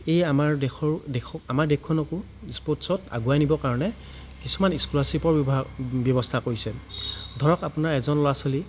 এই আমাৰ দেশৰ দেশক আমাৰ দেশখনকো স্পৰ্টচত আগুৱাই নিবৰ কাৰণে কিছুমান স্কলাৰশ্ৱিপৰ ব্যৱস্থা কৰিছে ধৰক আপোনাৰ এজন ল'ৰা ছোৱালী